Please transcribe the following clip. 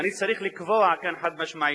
אני צריך לקבוע כאן חד-משמעית